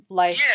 life